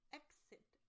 exit